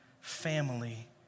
family